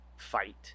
fight